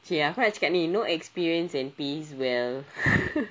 !chey! aku nak cakap ni no experience and pays well